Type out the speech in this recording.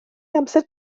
amser